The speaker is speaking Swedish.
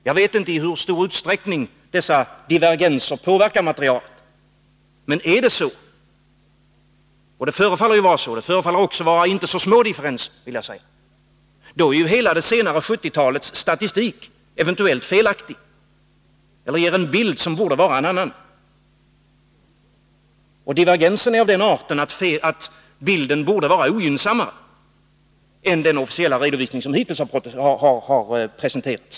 Jag vet inte i hur stor utsträckning dessa divergenser påverkar materialet — även om det förefaller som om de inte skulle vara små — men om de gör det, är statistiken för hela den senare delen av 1970-talet eventuellt felaktig eller ger en bild som borde vara en annan. Divergenserna är av den arten att bilden borde vara ogynnsammare än den officiella redovisning som hittills har presenterats.